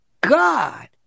God